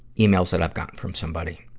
emails that i've gotten from somebody.